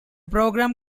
program